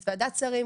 אז וועדת שרים,